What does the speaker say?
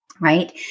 Right